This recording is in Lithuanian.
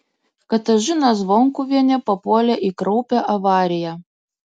katažina zvonkuvienė papuolė į kraupią avariją